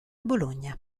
bologna